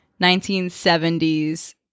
1970s